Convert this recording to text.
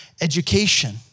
education